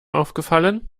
aufgefallen